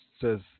says